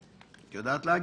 את יודעת להגיד?